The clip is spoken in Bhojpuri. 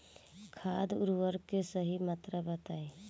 खाद उर्वरक के सही मात्रा बताई?